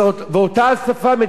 והם מדברים אותה שפה.